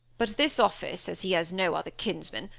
but this office, as he has no other kinsman,